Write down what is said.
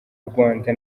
rwanda